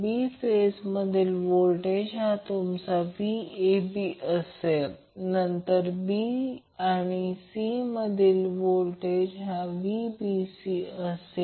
आता जर त्याचप्रकारे पहा a b आणि c मधील अँगल दिसेल तर Van आणि Vbn मध्ये 110 अँगल 120° अँगल आहे